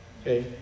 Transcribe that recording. Okay